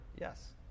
Yes